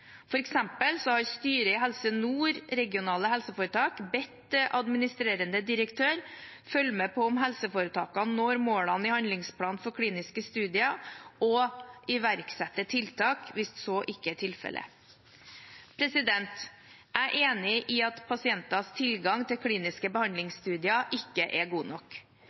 har styret i Helse Nord RHF bedt administrerende direktør følge med på om helseforetakene når målene i handlingsplanen for kliniske studier, og iverksette tiltak hvis så ikke er tilfellet. Jeg er enig i at pasienters tilgang til kliniske behandlingsstudier ikke er god nok.